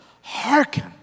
hearken